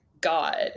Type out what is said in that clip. God